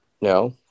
no